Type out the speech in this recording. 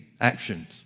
actions